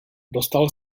dostal